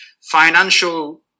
financial